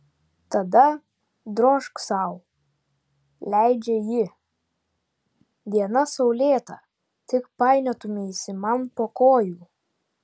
tada drožk sau leidžia ji diena saulėta tik painiotumeisi man po kojų